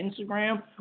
Instagram